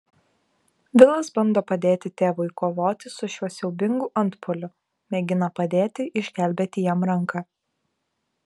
vilas bando padėti tėvui kovoti su šiuo siaubingu antpuoliu mėgina padėti išgelbėti jam ranką